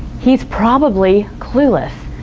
he's probably clueless.